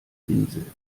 insel